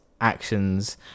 actions